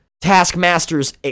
Taskmaster's